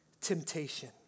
temptation